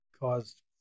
caused